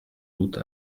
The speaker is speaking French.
doute